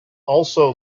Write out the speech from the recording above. also